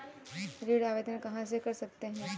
ऋण आवेदन कहां से कर सकते हैं?